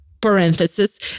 parenthesis